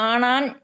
Anan